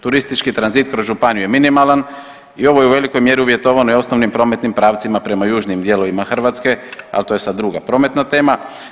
Turistički tranzit kroz županiju je minimalan i ovo je u velikoj mjeri uvjetovano i osnovnim prometnim pravcima prema južnim dijelovima Hrvatske, ali to je sada druga prometna tema.